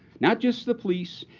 not just the police,